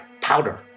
powder